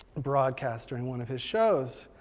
broadcast during one of his shows.